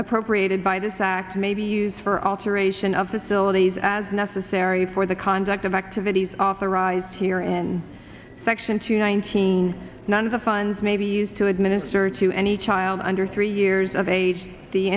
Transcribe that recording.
appropriated by does act may be used for alteration of the syllabus as necessary for the conduct of activities authorized here in section two nineteen none of the funds may be used to administer to any child under three years of age the